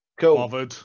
cool